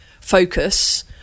focus